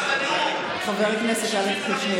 חבר הכנסת אלכס קושניר,